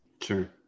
Sure